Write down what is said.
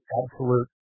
absolute